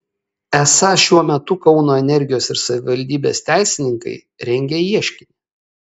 esą šiuo metu kauno energijos ir savivaldybės teisininkai rengia ieškinį